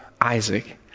Isaac